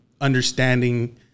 understanding